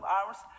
arms